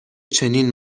چنین